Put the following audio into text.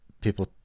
people